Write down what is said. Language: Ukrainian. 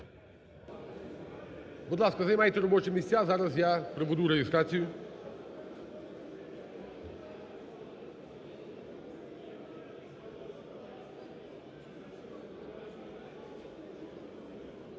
Будь ласка, займайте робочі місця. Зараз я проведу реєстрацію.